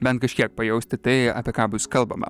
bent kažkiek pajausti tai apie ką bus kalbama